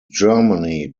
germany